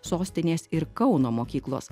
sostinės ir kauno mokyklos